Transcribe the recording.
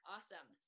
Awesome